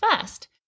first